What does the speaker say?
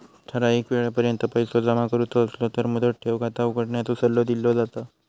ठराइक येळेपर्यंत पैसो जमा करुचो असलो तर मुदत ठेव खाता उघडण्याचो सल्लो दिलो जाता